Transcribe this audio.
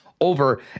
over